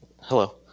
hello